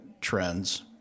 trends